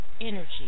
energy